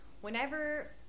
whenever